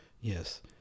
Yes